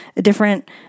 different